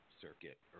circuit